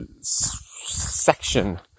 section